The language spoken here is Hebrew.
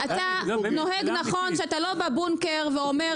אתה נוהג נכון שאתה לא בבונקר ואומר